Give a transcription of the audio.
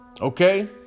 Okay